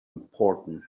important